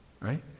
Right